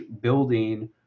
building